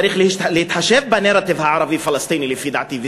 צריך להתחשב בנרטיב הערבי-פלסטיני, לפי דעתי.